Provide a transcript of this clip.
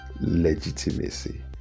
legitimacy